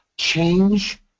change